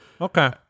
okay